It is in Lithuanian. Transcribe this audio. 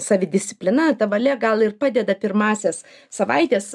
savidisciplina ta valia gal ir padeda pirmąsias savaites